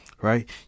Right